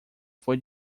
foi